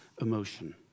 emotion